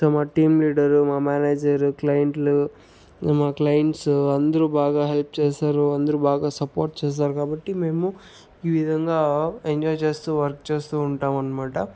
so మా team leader మా manager క్లైంట్లు మా క్లైంట్సు అందరు బాగా హెల్ప్ చేశారు అందరూ బాగా సపోర్ట్ చేశారు కాబట్టి మేము ఈ విధంగా ఎంజాయ్ చేస్తూ వర్క్ చేస్తూ ఉంటాం అనమాట